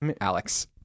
Alex